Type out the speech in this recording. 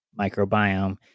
microbiome